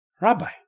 Rabbi